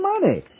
money